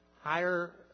higher